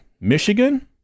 Michigan